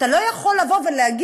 אתה לא יכול להגיד: